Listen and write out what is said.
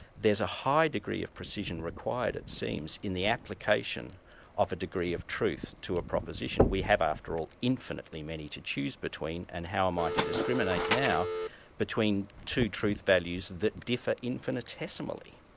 there's a high degree of precision required it seems, in the application of a degree of truth to a proposition. we have, after all, infinitely many to choose between, and how am i to discriminate now between two truth values that differ infinitesimally?